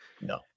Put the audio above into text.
No